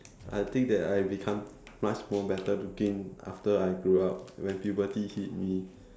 I think that I become much more better looking after I grew up when puberty hit me